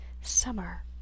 Summer